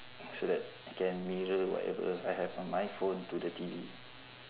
so that I can mirror whatever I have on my phone to the T_V